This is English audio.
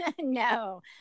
No